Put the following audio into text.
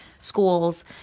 schools